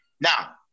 Now